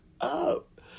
up